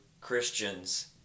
christians